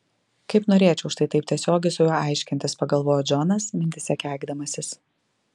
kaip norėčiau štai taip tiesiogiai su juo aiškintis pagalvojo džonas mintyse keikdamasis